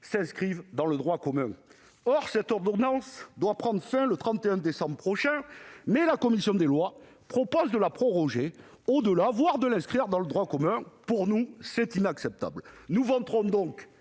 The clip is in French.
s'inscrivent dans le droit commun. En effet, cette ordonnance doit prendre fin le 31 décembre prochain, mais la commission des lois propose de la proroger au-delà, voire de l'inscrire dans le droit commun. Pour nous, cela est inacceptable ! Nous voterons donc